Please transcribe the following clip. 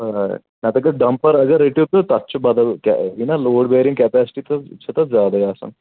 آ نَتہ اگر ڈَمپَر اگر رٔٹِو تہٕ تَتھ چھُ بَدل کیاہ یہِ نا لوڈ بیرِنٛگ کیٚپیسٹی چھِ تَتھ زیادَے آسان